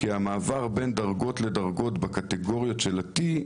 כי המעבר בין דרגות לדרגות בקטגוריות של ה-T,